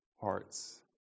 hearts